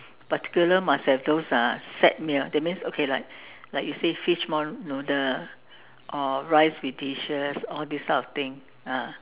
particular must have those uh set meal that means okay like like you say fishball noodle or rice with dishes all these type of thing ah